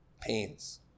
pains